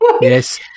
Yes